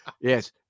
Yes